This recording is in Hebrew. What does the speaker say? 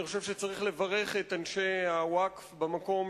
אני חושב שצריך לברך את אנשי הווקף במקום,